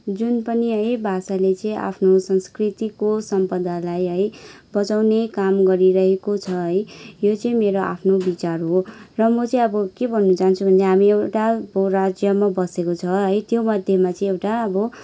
जुन पनि है भाषाले चाहिँ आफ्नो संस्कृतिको सम्पदालाई है बचाउने काम गरिरहेको छ है यो चाहिँ मेरो आफ्नो विचार हो र म चाहिँ अब के भन्न चाहन्छु भने हामी एउटा राज्यमा बसेको छ है त्योमध्येमा चाहिँ एउटा अब